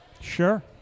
Sure